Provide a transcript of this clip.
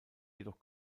jedoch